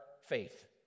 faith